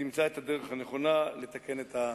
תמצא את הדרך הנכונה לתקן את החוק.